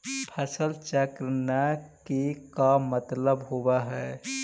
फसल चक्र न के का मतलब होब है?